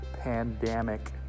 pandemic